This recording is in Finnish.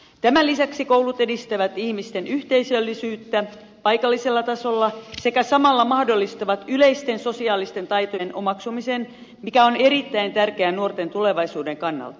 tämän lisäksi koulut edistävät ihmisten yhteisöllisyyttä paikallisella tasolla sekä samalla mahdollistavat yleisten sosiaalisten taitojen omaksumisen mikä on erittäin tärkeä nuorten tulevaisuuden kannalta